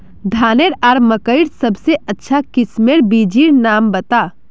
धानेर आर मकई सबसे अच्छा किस्मेर बिच्चिर नाम बता?